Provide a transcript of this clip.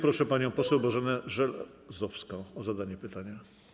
Proszę panią poseł Bożenę Żelazowską o zadanie pytania.